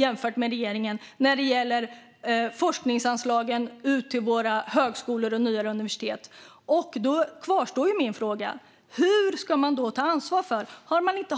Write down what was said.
jämfört med regeringen, när det gäller forskningsanslagen ut till våra högskolor och nyare universitet. Min fråga kvarstår: Hur ska man då ta ansvar för kompetensförsörjningen?